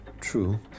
True